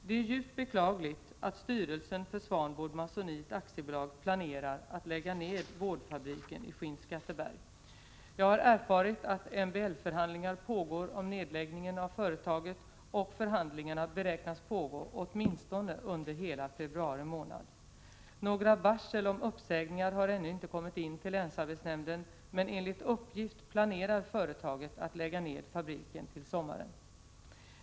Det är djupt beklagligt att styrelsen för Swanboard Masonite Aktiebolag planerar att lägga ned boardfabriken i Skinnskatteberg. Jag har erfarit att MBL-förhandlingar pågår om nedläggning av företaget, och förhandlingarna beräknas pågå åtminstone under hela februari månad. Några varsel om uppsägningar har ännu inte kommit in till länsarbetsnämnden, men enligt uppgift planerar företaget att lägga ned fabriken till sommaren.